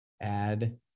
add